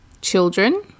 children